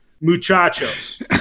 Muchachos